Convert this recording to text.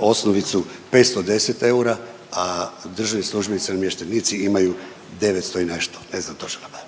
osnovicu 510 eura, a državni službenici i namještenici imaju 900 i nešto, ne znam točno napamet.